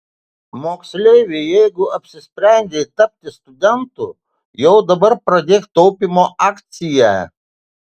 moksleivi jei apsisprendei tapti studentu jau dabar pradėk taupymo akciją